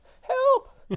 Help